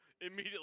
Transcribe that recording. immediately